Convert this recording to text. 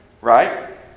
Right